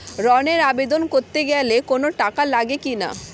ঋণের আবেদন করতে গেলে কোন টাকা লাগে কিনা?